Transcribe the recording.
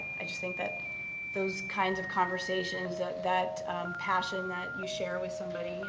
i just think that those kinds of conversations, that that passion that you share with somebody, you